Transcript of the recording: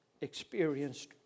experienced